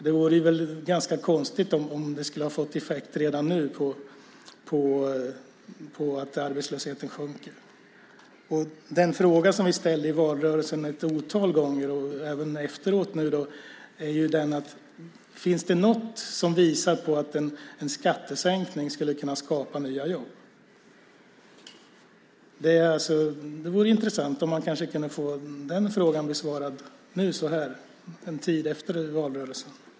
Det vore ganska konstigt om det redan nu skulle ha fått effekten att arbetslösheten sjunker. Den fråga vi ställde i valrörelsen ett otal gånger och även nu efteråt är: Finns det något som visar på att en skattesänkning skulle kunna skapa nya jobb? Det vore intressant om man kunde få den frågan besvarad nu så här en tid efter valrörelsen.